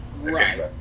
Right